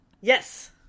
yes